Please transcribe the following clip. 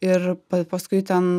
ir p paskui ten